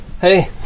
Hey